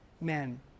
men